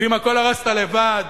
ואם הכול ארזת לבד,